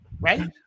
Right